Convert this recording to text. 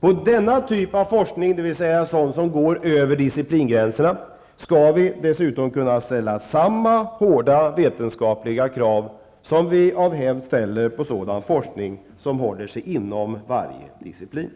På denna typ av forskning, dvs. sådan som går över disciplingränserna, skall vi dessutom kunna ställa samma hårda vetenskapliga krav som vi av hävd ställer på sådan forskning som håller sig inom varje disciplin.